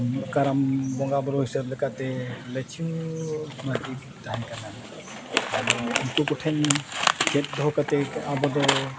ᱠᱟᱨᱟᱢ ᱵᱚᱸᱜᱟ ᱵᱩᱨᱩ ᱦᱤᱥᱟᱹᱵᱽ ᱞᱮᱠᱟᱛᱮ ᱞᱚᱠᱠᱷᱤ ᱢᱩᱨᱢᱩ ᱢᱟᱨᱰᱤ ᱛᱟᱦᱮᱸ ᱠᱟᱱᱟᱭ ᱟᱫᱚ ᱩᱱᱠᱩ ᱠᱚᱴᱷᱮᱱ ᱪᱮᱫ ᱫᱚᱦᱚ ᱠᱟᱛᱮᱫ ᱟᱵᱚ ᱫᱚ